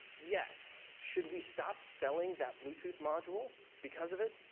yes. should we stop selling that bluetooth module because of it?